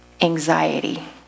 Anxiety